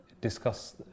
discuss